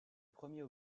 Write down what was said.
premier